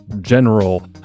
General